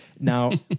Now